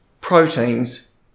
proteins